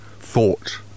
thought